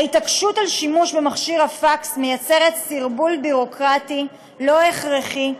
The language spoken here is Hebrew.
ההתעקשות על שימוש במכשיר הפקס מייצרת סרבול ביורוקרטי לא הכרחי,